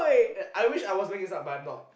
I wish I was make this up but I'm not